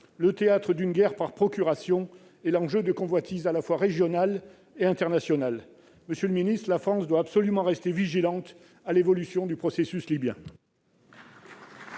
le théâtre d'une guerre par procuration et un enjeu de convoitises à la fois régionales et internationales. Monsieur le ministre, la France doit absolument rester vigilante quant à l'évolution du processus libyen.